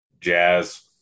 Jazz